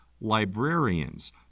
librarians